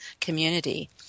community